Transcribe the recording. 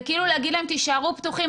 זה כאילו להגיד להם: תישארו פתוחים,